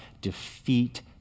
defeat